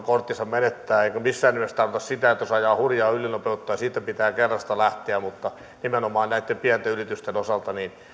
korttinsa menettää enkä missään nimessä tarkoita sitä jos ajaa hurjaa ylinopeutta siitä pitää kerrasta lähteä mutta nimenomaan näitten pienten yritysten osalta